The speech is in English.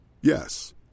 Yes